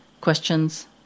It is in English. questions